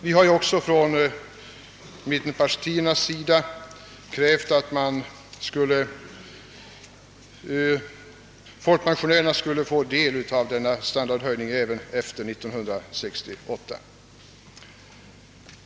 Vi har också från mittenpartiernas sida krävt, att folkpensionärerna skulle få del av denna standardhöjning även efter 1968.